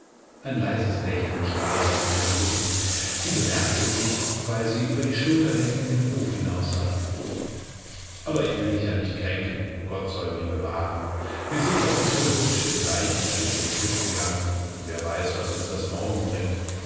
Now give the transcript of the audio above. ein leises lächeln stahl sich um seine lippen sie bemerkte es nicht weil sie über die schulter weg in den hof hinaussah aber ich will dich ja nicht kränken gott soll mich bewahren wir sind heute so hübsch im gleichen schritt und tritt gegangen wer weiß was uns das morgen bringt